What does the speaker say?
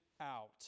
out